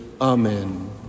amen